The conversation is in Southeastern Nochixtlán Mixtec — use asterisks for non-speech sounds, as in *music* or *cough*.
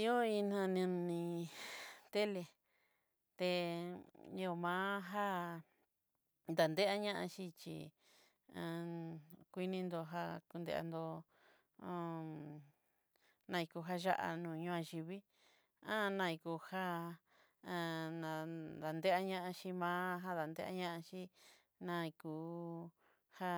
Ihó iin nani tele té ñiomaja itañe ñachi chí *hesitation* uininojá konrenro *hesitation* naiko vaya'a noñaixhi vii, *hesitation* iko já *hesitation* teanachí vá nateanaxhí naiku já